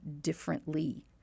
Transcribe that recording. differently